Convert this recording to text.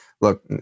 look